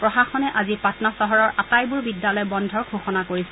প্ৰশাসনে আজি পাটনা চহৰৰ আটাইবোৰ বিদ্যালয় বন্ধৰ ঘোষণা কৰিছে